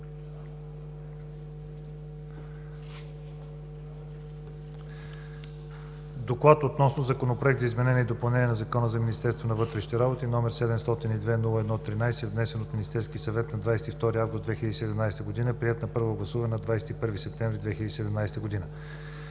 Доклад относно Законопроект за изменение и допълнение на Закона за Министерството на вътрешните работи, № 702-01-13, внесен от Министерския съвет на 22 август 2017 г., приет на първо гласуване на 21 септември 2017 г.